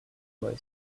boy